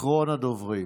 אחרון הדוברים.